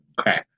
okay